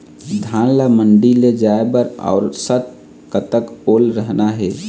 धान ला मंडी ले जाय बर औसत कतक ओल रहना हे?